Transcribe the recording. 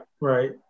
right